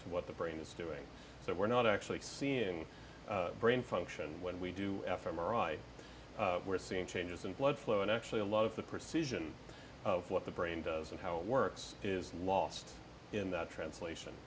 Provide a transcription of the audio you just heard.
to what the brain is doing so we're not actually seeing brain function when we do f m r i we're seeing changes in blood flow and actually a lot of the procedure of what the brain does and how it works is lost in that translation